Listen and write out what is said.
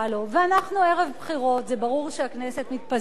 ואנחנו ערב בחירות, זה ברור שהכנסת מתפזרת,